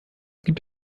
gibt